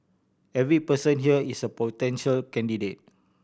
every person here is a potential candidate